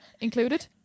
included